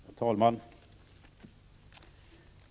Herr talman!